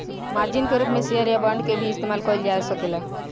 margin के रूप में शेयर या बांड के भी इस्तमाल कईल जा सकेला